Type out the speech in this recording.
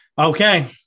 Okay